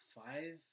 five